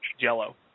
Jell-O